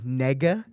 nega